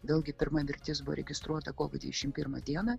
vėlgi pirma mirtis buvo registruota kovo dvidešimt pirmą dieną